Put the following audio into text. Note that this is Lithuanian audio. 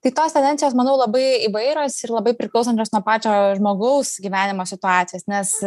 tai tos tendencijos manau labai įvairios ir labai priklausančios nuo pačio žmogaus gyvenimo situacijos nes